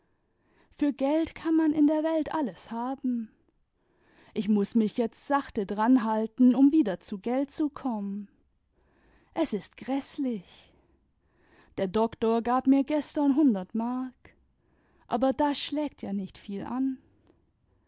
für geld kann man in der welt jdles haben ich muß mich jetzt sachte dran halten um wieder zu geld zu kommen es ist gräßlich der doktor gab mir gestern hundert mark aber das schlägt ja nicht viel an